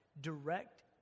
direct